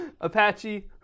Apache